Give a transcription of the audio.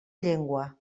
llengua